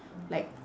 like